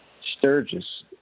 Sturgis